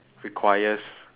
requires